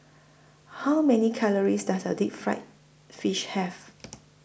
How Many Calories Does A Deep Fried Fish Have